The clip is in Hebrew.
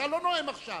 אתה לא נואם עכשיו.